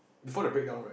before the breakdown right